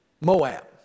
Moab